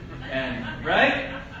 Right